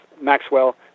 Maxwell